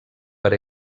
per